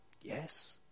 Yes